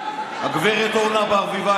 אני כלכלן עוד מלפני שאתה ראית אוניברסיטה.